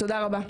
תודה רבה.